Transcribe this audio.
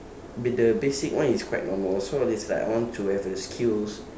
but the basic one is quite normal so it's like I want to have the skills